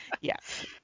Yes